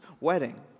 wedding